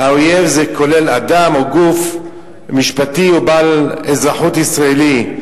ה"אויב" זה כולל אדם או גוף משפטי או בעל אזרחות ישראלית.